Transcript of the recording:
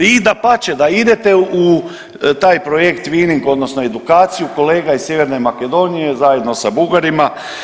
I dapače da idete u taj projekt twining, odnosno edukaciju kolega iz sjeverne Makedonije zajedno sa Bugarima.